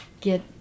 get